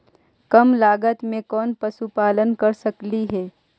कम लागत में कौन पशुपालन कर सकली हे?